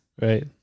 Right